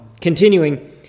Continuing